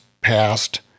passed